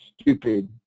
stupid